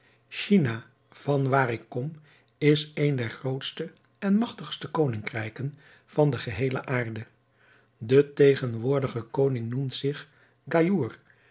china van waar ik kom is een der grootste en magtigste koningrijken van de geheele aarde de tegenwoordige koning noemt zich gaïour